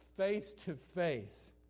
face-to-face